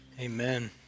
Amen